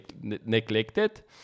neglected